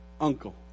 Uncle